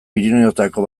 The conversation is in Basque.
pirinioetako